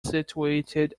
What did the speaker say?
situated